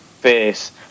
face